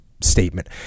Statement